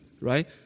right